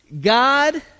God